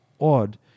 odd